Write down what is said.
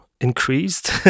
increased